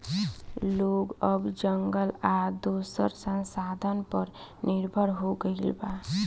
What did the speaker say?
लोग अब जंगल आ दोसर संसाधन पर निर्भर हो गईल बा